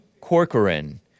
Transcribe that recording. Corcoran